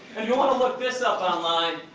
and you want to look this up online.